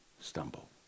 stumble